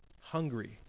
Hungry